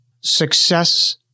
success